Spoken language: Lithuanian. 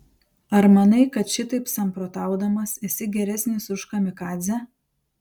ar manai kad šitaip samprotaudamas esi geresnis už kamikadzę